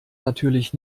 natürlich